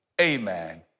amen